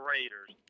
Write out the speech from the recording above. Raiders